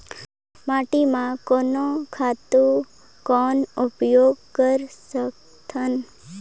माटी म कोन खातु कौन उपयोग कर सकथन?